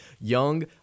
young